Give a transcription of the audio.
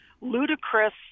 ludicrous